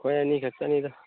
ꯑꯩꯈꯣꯏ ꯑꯅꯤꯈꯛꯇꯅꯤꯗ